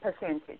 percentage